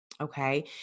Okay